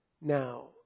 Now